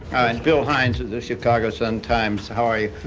and bill heinz of the chicago sun times. how are you?